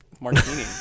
Martini